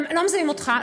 הם לא מזהים אותך,